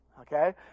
Okay